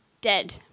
dead